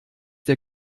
der